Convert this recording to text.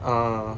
ah